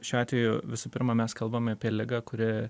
šiuo atveju visų pirma mes kalbame apie ligą kuri